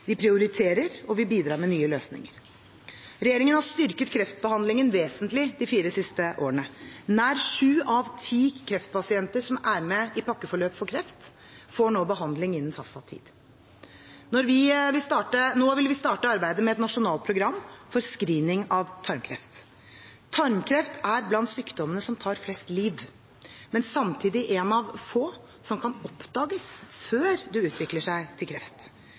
vi prioriterer, og vi bidrar med nye løsninger. Regjeringen har styrket kreftbehandlingen vesentlig de fire siste årene. Nær sju av ti kreftpasienter som er med i pakkeforløp for kreft, får nå behandling innen fastsatt tid. Nå vil vi starte arbeidet med et nasjonalt program for screening av tarmkreft. Tarmkreft er blant sykdommene som tar flest liv, men samtidig en av få som kan oppdages før det utvikler seg til kreft.